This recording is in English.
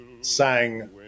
sang